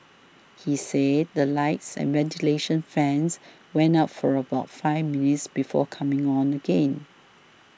he said the lights and ventilation fans went out for about five minutes before coming on again